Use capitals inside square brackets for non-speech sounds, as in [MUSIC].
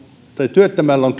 työttömällä on [UNINTELLIGIBLE]